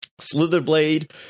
Slitherblade